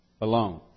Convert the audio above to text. alone